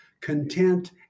content